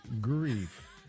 grief